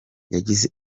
yagize